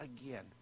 Again